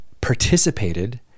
participated